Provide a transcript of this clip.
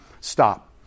Stop